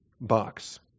box